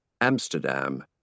Amsterdam